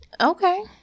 okay